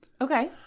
Okay